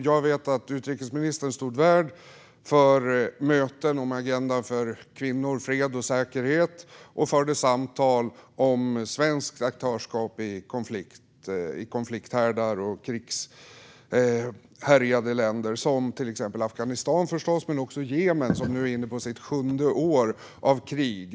Jag vet att utrikesministern stod värd för möten om agendan för kvinnor, fred och säkerhet och förde samtal om svenskt aktörskap vid konflikthärdar och i krigshärjade länder, till exempel Afghanistan men också Jemen, som nu är inne på sitt sjunde år av krig.